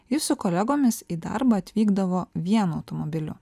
jis su kolegomis į darbą atvykdavo vienu automobiliu